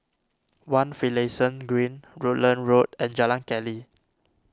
one Finlayson Green Rutland Road and Jalan Keli